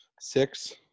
Six